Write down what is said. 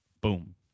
boom